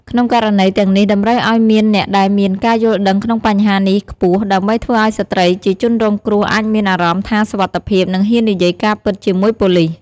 ក្នុងករណីទាំងនេះតម្រូវឱ្យមានអ្នកដែលមានការយល់ដឹងក្នុងបញ្ហានេះខ្ពស់ ដើម្បីធ្វើឲ្យស្ត្រីជាជនរងគ្រោះអាចមានអារម្មណ៍ថាសុវត្ថិភាព និងហ៊ាននិយាយការពិតជាមួយប៉ូលិស។